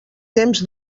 temps